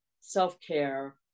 self-care